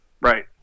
right